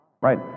right